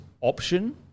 option